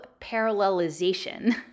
parallelization